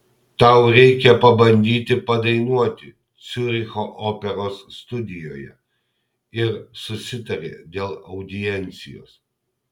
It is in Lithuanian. tau reikia pabandyti padainuoti ciuricho operos studijoje ir susitarė dėl audiencijos